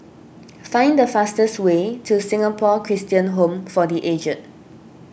find the fastest way to Singapore Christian Home for the Aged